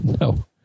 No